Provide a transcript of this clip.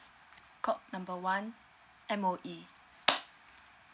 call number one M_O_E